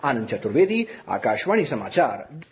आनंद चतुर्वेदी आकाशवाणी समाचार दिल्ली